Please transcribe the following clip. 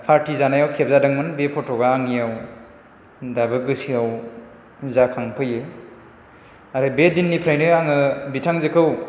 फारथि जानायाव खेबजादोंमोन बे फटकआ आंनियाव दाबो गोसोयाव जाखांफैयो आरो बे दिननिफ्रायनो आङो बिथांजोखौ